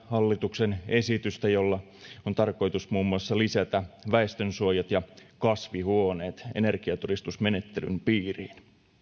hallituksen esitystä jolla on tarkoitus muun muassa lisätä väestönsuojat ja kasvihuoneet energiatodistusmenettelyn piiriin